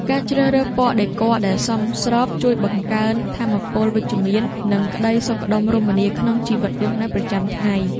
ការជ្រើសរើសពណ៌ដេគ័រដែលសមស្របជួយបង្កើនថាមពលវិជ្ជមាននិងក្តីសុខដុមរមនាក្នុងជីវិតរស់នៅប្រចាំថ្ងៃ។